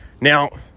Now